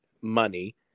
money